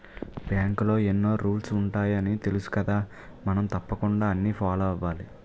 బాంకులో ఎన్నో రూల్సు ఉంటాయని తెలుసుకదా మనం తప్పకుండా అన్నీ ఫాలో అవ్వాలి